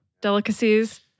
Delicacies